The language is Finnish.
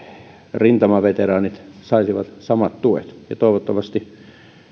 rintamaveteraanit saisivat samat tuet ja toivottavasti